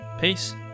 Peace